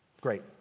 Great